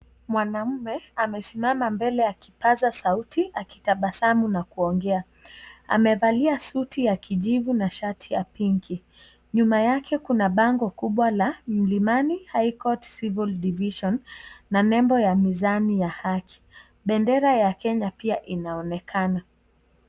Mwanamme amesimama mbele ya kipaza sauti, akitabasamu na kuongea. Amevalia suti ya kijivu na shati ya pinki. Nyuma yake kuna bando kubwa la , Milimani High Court Civil Division na nembo ya mizani ya haki. Bendera ya Kenya pia inaonekana.